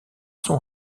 son